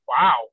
wow